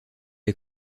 est